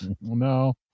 No